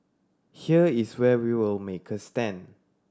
here is where we will make a stand